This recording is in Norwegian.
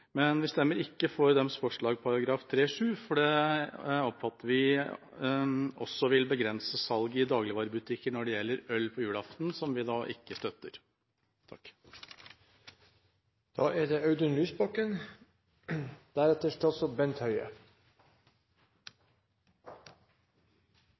men vi stemmer ikke for deres forslag til § 3-7, for det oppfatter vi også vil begrense salget av øl i dagligvarebutikker på julaften, som vi da ikke støtter. Dette har vært en sak med betydelig interesse, og der det